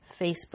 Facebook